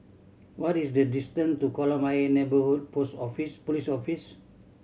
what is the distant to Kolam Ayer Neighbourhood Post Office Police Office